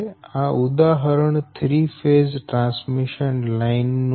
આ ઉદાહરણ three phase transmission line નું છે